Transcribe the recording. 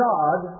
God